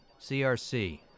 CRC